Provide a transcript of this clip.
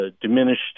diminished